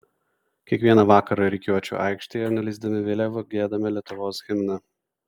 kiekvieną vakarą rikiuočių aikštėje nuleisdami vėliavą giedame lietuvos himną